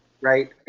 Right